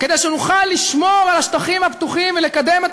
כדי שנוכל לשמור על השטחים הפתוחים ולקדם את